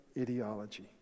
ideology